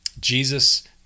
Jesus